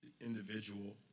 individual